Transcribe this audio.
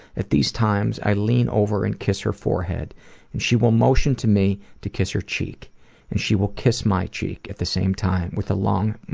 at these times, i lean over and kiss her forehead and she will motion to me to kiss her cheek and she will kiss my cheek at the same time with a long